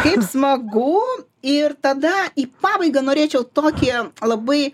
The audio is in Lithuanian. kaip smagu ir tada į pabaigą norėčiau tokį labai